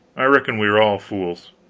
i reckon we are all fools.